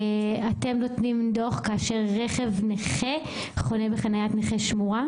אתם נותנים דוח כאשר רכב נכה חונה בחניית נכה שמורה?